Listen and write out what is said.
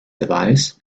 device